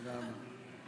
תודה רבה.